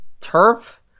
turf